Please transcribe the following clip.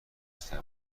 پسر